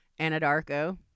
Anadarko